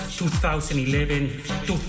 2011